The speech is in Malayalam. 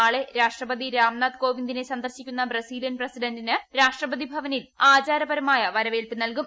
നാളെ രാഷ്ട്രപതി രാംനാഥ് കോവിന്ദിനെ സന്ദർശിക്കുന്ന ബ്രസീലിയൻ പ്രസിഡന്റിന് രാഷ്ട്രപതി ഭവനിൽ ആചാരപരമായ വരവേൽപ്പ് നൽകും